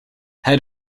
head